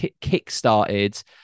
kick-started